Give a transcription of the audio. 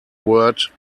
word